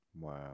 Wow